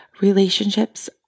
Relationships